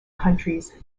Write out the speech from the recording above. countries